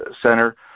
Center